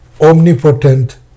omnipotent